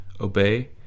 obey